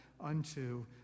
unto